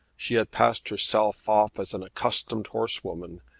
she had passed herself off as an accustomed horsewoman,